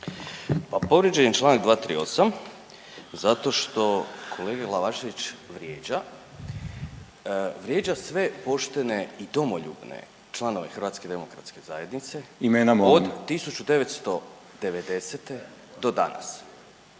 Pa povrijeđen je članak 238. zato što kolega Glavašević vrijeđa. Vrijeđa sve poštene domoljubne članove Hrvatske demokratske zajednice … …/Upadica